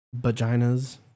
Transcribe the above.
vaginas